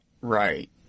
right